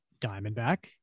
Diamondback